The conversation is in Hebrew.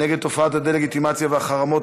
החוקה, חוק ומשפט להכנה לקריאה שנייה ושלישית.